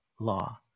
law